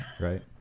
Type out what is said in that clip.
Right